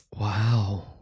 Wow